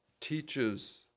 teaches